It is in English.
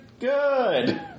Good